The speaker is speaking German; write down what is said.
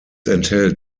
enthält